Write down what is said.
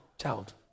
child